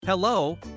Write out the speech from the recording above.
Hello